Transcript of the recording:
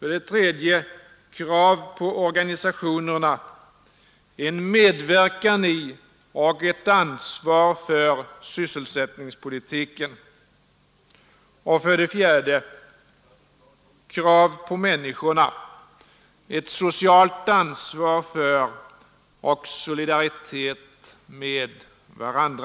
3. Krav på organisationerna: En medverkan i och ett ansvar för sysselsättningspolitiken. 4. Krav på människorna: Socialt ansvar för och solidaritet med varandra.